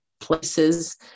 places